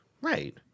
Right